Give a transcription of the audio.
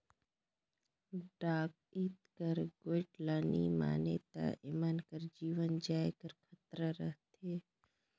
डकइत कर गोएठ ल नी मानें ता एमन कर जीव जाए कर खतरा रहथे